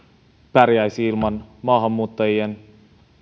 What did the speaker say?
pärjäisi ilman maahanmuuttajien